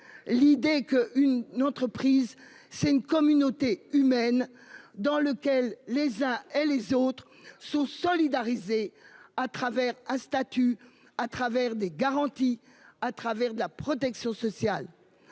l'idée qu'une entreprise, c'est une communauté humaine dans laquelle les uns et les autres sont solidaires grâce à un statut, des garanties, une protection sociale.